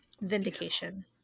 Vindication